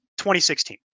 2016